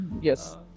Yes